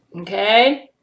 Okay